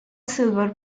silver